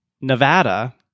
Nevada